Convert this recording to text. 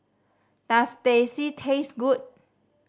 does Teh C taste good